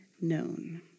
known